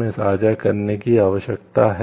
में साझा करने की आवश्यकता है